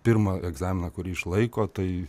pirmą egzaminą kurį išlaiko tai